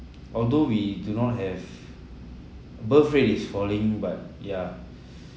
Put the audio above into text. although we do not have birth rate is falling but ya